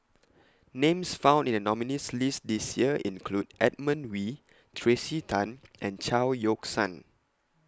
Names found in The nominees' list This Year include Edmund Wee Tracey Tan and Chao Yoke San